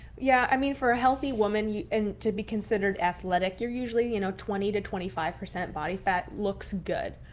yeah, i mean for a healthy woman and to be considered athletic, you're usually you know twenty twenty to twenty five percent body fat looks good.